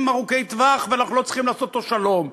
ארוכי טווח ואנחנו לא צריכים לעשות אתו שלום.